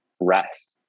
rest